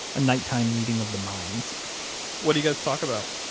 a nighttime meeting of the minds what do you guys talk about?